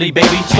baby